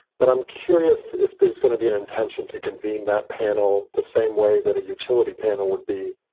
but i'm curious if there's going to be an intention to convene that panel the same way that a utility panel would be.